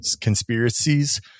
Conspiracies